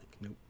Nope